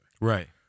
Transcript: Right